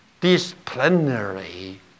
disciplinary